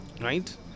right